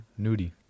Nudie